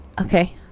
Okay